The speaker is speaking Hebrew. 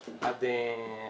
תודה.